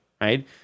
right